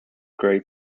great